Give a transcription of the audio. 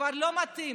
כבר לא מתאים